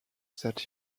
that